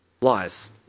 lies